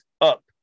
up